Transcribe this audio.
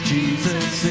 Jesus